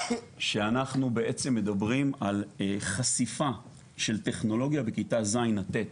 שאנחנו בעצם מדברים על חשיפה של טכנולוגיה בכיתה ז' עד ט'.